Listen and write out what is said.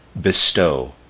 bestow